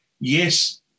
yes